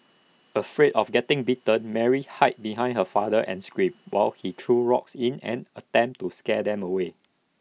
afraid of getting bitten Mary hide behind her father and screamed while he threw rocks in an attempt to scare them away